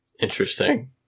Interesting